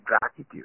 gratitude